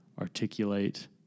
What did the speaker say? articulate